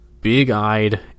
big-eyed